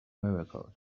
miracles